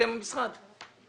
אתם משרד.